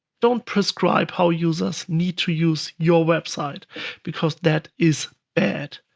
don't prescribe how users need to use your website because that is bad.